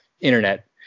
internet